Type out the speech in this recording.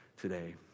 today